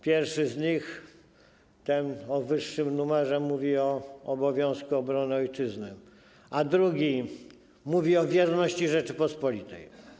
Pierwszy z nich, ten o wyższym numerze, mówi o obowiązku obrony ojczyzny, a drugi mówi o wierności Rzeczypospolitej.